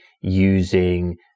using